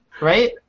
Right